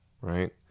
right